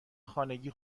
خانگی